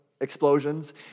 explosions